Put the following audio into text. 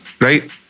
right